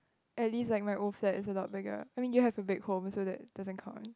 at least like my old flat is not bigger I mean you have to back home so that doesn't count